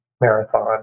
Marathon